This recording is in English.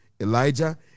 Elijah